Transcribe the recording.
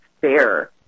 fair